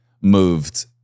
moved